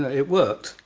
it worked,